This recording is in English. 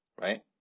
right